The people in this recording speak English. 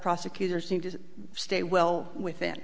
prosecutors need to stay well within